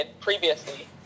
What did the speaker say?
previously